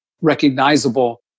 recognizable